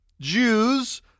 Jews